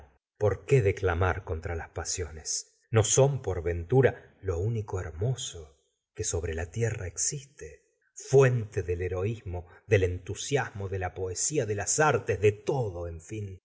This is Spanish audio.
qué declamar contra las pasiones no son por ventura lo único hermoso que sobre la tierra existe fuente del heroismo del entusiasmo de la poesía de las artes de todo en fin